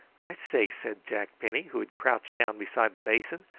i say, said jack penny, who had crouched down beside the basin,